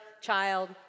child